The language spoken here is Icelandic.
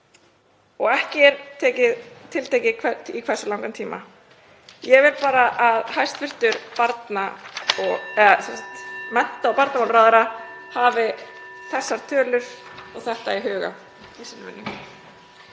og ekki er tiltekið í hversu langan tíma. Ég vil bara að hæstv. mennta- og barnamálaráðherra hafi þessar tölur og þetta í huga.